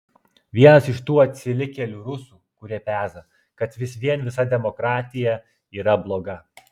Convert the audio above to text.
vienas iš tų atsilikėlių rusų kurie peza kad vis vien visa demokratija yra bloga